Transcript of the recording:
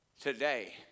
today